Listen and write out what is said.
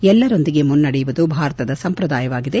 ಎಲ್ಲರೊಂದಿಗೆ ಮುನ್ನಡೆಯುವುದು ಭಾರತದ ಸಂಪ್ರದಾಯವಾಗಿದೆ